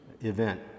event